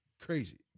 crazy